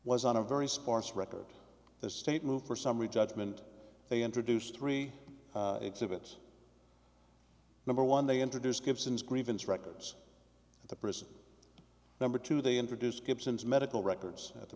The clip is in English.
was on a very sparse record the state moved for summary judgment they introduce three exhibit number one they introduced gibson's grievance records at the prison number two they introduced gibson's medical records at the